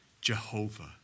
Jehovah